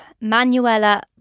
Manuela